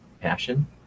passion